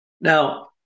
Now